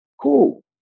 Cool